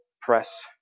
press